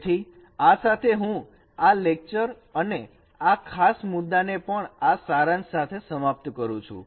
તેથી આ સાથે હું આ લેક્ચર અને આ ખાસ મુદ્દાને પણ આ સારાંશ સાથે સમાપ્ત કરૂં છું